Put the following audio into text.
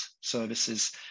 services